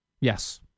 Yes